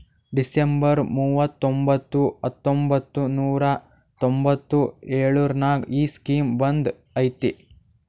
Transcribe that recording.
December ಮೂವತೊಂಬತ್ತು ಹತ್ತೊಂಬತ್ತು ನೂರಾ ತೊಂಬತ್ತು ಎಳುರ್ನಾಗ ಈ ಸ್ಕೀಮ್ ಬಂದ್ ಐಯ್ತ